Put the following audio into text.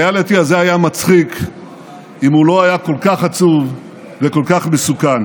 הריאליטי הזה היה מצחיק אם הוא לא היה כל עצוב וכל כך מסוכן.